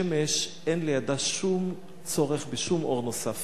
השמש, אין לידה שום צורך בשום אור נוסף.